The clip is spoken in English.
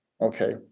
Okay